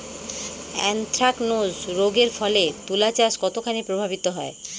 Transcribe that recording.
Anthracnose রোগ এর ফলে তুলাচাষ কতখানি প্রভাবিত হয়?